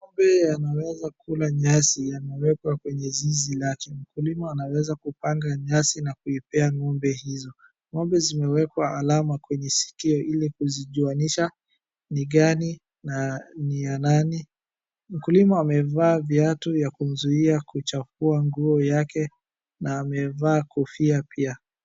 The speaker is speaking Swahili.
Ngo'mbe anaweza kula nyasi anawekwa kwenye zizi lake. Mkulima anaweza kupanga nyasi na kuipea ngombe hizo. Ngombe zimeweka alama kwenye silkio ilikujuanisha ni gani na ni ya nani. Mkulima amevaa viatu za kumzuia kuchafua nguo yake na amevaa kofia pia.